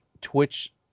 Twitch